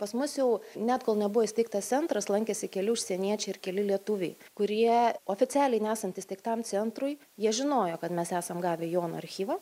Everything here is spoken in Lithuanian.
pas mus jau net kol nebuvo įsteigtas centras lankėsi keli užsieniečiai ir keli lietuviai kurie oficialiai nesant įsteigtam centrui jie žinojo kad mes esam gavę jono archyvą